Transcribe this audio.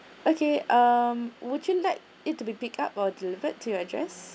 okay um would you like it to be pick up or delivered to your address